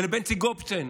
ולבנצי גופשטיין,